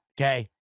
okay